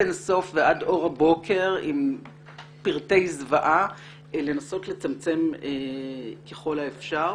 אין סוף ועד אור הבוקר עם פרטי זוועה לנסות לצמצם ככל האפשר.